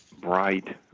bright